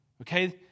Okay